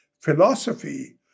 philosophy